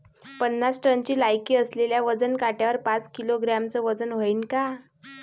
पन्नास टनची लायकी असलेल्या वजन काट्यावर पाच किलोग्रॅमचं वजन व्हईन का?